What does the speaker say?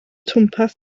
twmpath